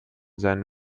seinen